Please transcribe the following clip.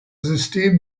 system